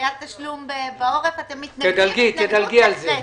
דחיית תשלום בעורף, אתם מתנגדים התנגדות נחרצת.